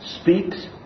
speaks